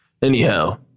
Anyhow